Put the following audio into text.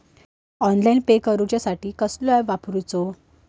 Online pay करूचा साठी कसलो ऍप वापरूचो?